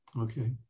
Okay